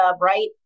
right